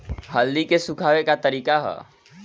हल्दी के सुखावे के का तरीका ह?